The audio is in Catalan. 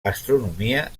astronomia